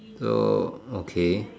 err okay